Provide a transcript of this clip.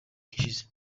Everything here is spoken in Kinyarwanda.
ishize